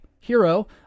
hero